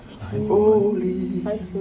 holy